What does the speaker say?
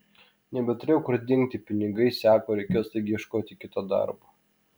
nebeturėjau kur dingti pinigai seko reikėjo staigiai ieškoti kito darbo